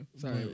sorry